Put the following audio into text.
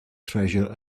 treasure